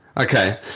Okay